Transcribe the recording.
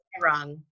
Wrong